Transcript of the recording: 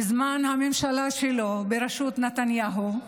בזמן הממשלה שלו, בראשות נתניהו,